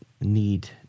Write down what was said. need